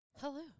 Hello